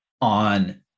on